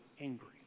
angry